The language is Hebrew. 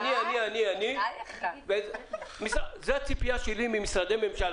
זו הציפייה שלי ממשרדי ממשלה.